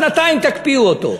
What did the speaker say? שנתיים תקפיאו אותו.